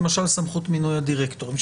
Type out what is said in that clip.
למשל סמכות מינוי הדירקטורים,